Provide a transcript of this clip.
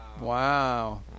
Wow